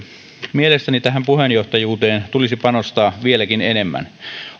mielestäni tähän puheenjohtajuuteen tulisi panostaa vieläkin enemmän